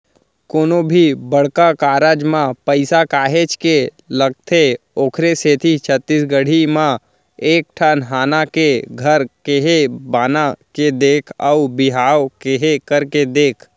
कोनो भी बड़का कारज म पइसा काहेच के लगथे ओखरे सेती छत्तीसगढ़ी म एक ठन हाना हे घर केहे बना के देख अउ बिहाव केहे करके देख